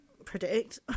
predict